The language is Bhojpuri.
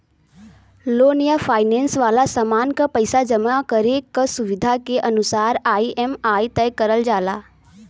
लोन या फाइनेंस वाला सामान क पइसा जमा करे क सुविधा के अनुसार ई.एम.आई तय करल जाला